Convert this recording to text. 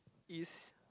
it's